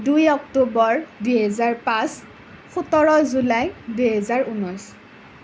দুই অক্টোবৰ দুহেজাৰ পাঁচ সোতৰ জুলাই দুহেজাৰ ঊনৈছ